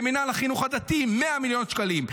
למינהל החינוך הדתי 100 מיליון שקלים,